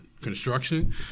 Construction